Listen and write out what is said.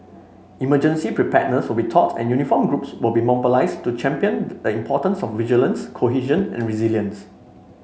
emergency preparedness will be taught and uniformed groups will be mobilised to champion the importance of vigilance cohesion and resilience